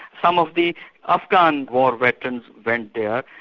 some of the afghan war veterans went there,